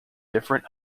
different